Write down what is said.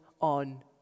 on